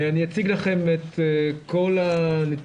אני אציג לכם את כל הנתונים,